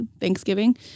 Thanksgiving